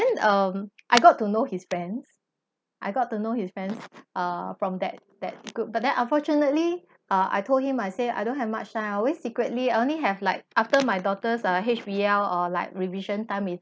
and um I got to know his friends I got to know his friends uh from that that group but then unfortunately uh I told him I say I don't have much time I always secretly only have like after my daughter's uh H_B_L_ or like revision time in